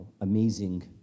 amazing